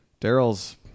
Daryl's